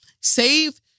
Save